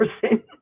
person